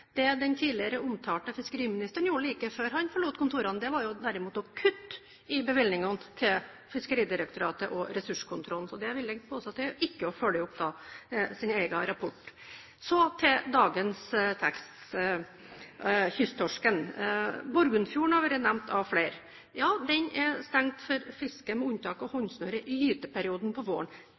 Det den tidligere omtalte fiskeriministeren gjorde like før han forlot kontorene, var derimot å kutte i bevilgningene til Fiskeridirektoratet og ressurskontrollen, så det vil jeg påstå er ikke å følge opp sin egen rapport. Så til dagens tekst: kysttorsken. Borgundfjorden er blitt nevnt av flere. Den er stengt for fiske, med unntak av håndsnøre i gyteperioden på våren.